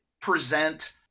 present